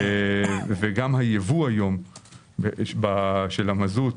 וגם הייבוא היום של המזוט,